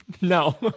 No